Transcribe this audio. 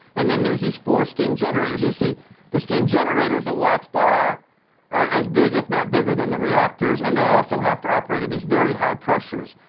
and then there's these four steam generators. you see the steam generators at watts bar are as big if not bigger than the reactors and they also have to operate these very high pressures.